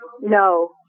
No